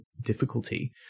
difficulty